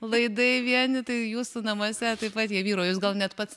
laidai vieni tai jūsų namuose taip pat jie vyrauja jūs gal net pats